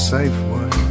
Safeway